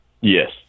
Yes